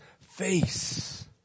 face